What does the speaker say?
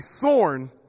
thorn